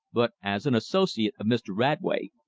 but as an associate of mr. radway,